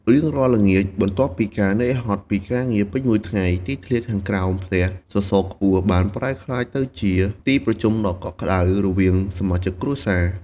រៀងរាល់ល្ងាច បន្ទាប់ពីការនឿយហត់ពីការងារពេញមួយថ្ងៃ ទីធ្លាខាងក្រោមផ្ទះសសរខ្ពស់បានប្រែក្លាយទៅជាទីប្រជុំដ៏កក់ក្តៅ រវាងសមាជិកគ្រួសារ។